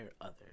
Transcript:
others